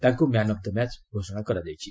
ତାଙ୍କୁ man of the match ଘୋଷଣା କରାଯାଇଛି